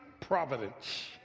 providence